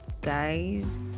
guys